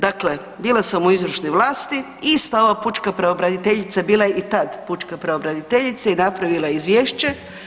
Dakle, bila sam u izvršnoj vlasti i … [[Govornik se ne razumije]] pučka pravobraniteljica bila je i tad pučka pravobraniteljica i napravila je izvješće.